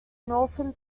northern